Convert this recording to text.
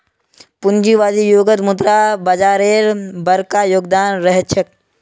पूंजीवादी युगत मुद्रा बाजारेर बरका योगदान रह छेक